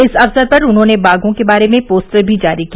इस अवसर पर उन्होंने बाघों के बारे में पोस्टर भी जारी किया